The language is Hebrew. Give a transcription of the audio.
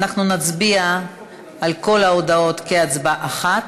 אנחנו נצביע על כל ההודעות בהצבעה אחת.